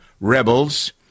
rebels